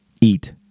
eat